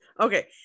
okay